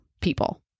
people